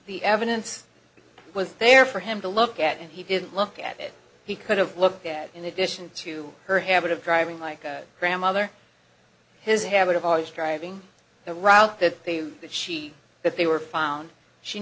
the evidence was there for him to look at and he didn't look at it he could have looked at in addition to her habit of driving like a grandmother his habit of always driving the route that that she that they were found she